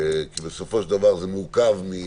כי בסופו של דבר זה מורכב גם